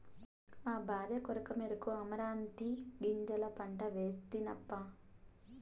మా భార్య కోరికమేరకు అమరాంతీ గింజల పంట వేస్తినప్పా